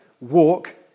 Walk